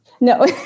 No